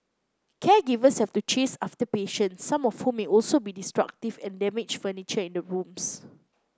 caregivers have to chase after patients some of whom may also be destructive and damage furniture in the rooms